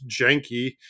janky